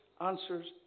answers